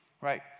right